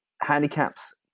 handicaps